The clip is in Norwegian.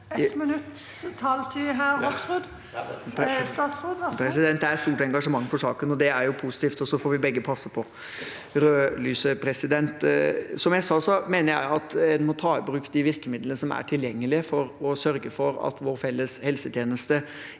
Det er stort engasjement for saken, og det er positivt. Så får vi begge passe på det røde lyset. Som jeg sa: Jeg mener at en må ta i bruk de virkemidlene som er tilgjengelig, for å sørge for at vår felles helsetjeneste